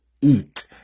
eat